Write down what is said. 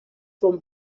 from